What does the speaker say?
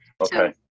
Okay